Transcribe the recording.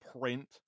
print